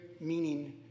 meaning